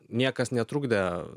niekas netrukdė